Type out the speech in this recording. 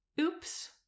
Oops